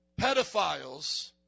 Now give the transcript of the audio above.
Pedophiles